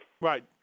Right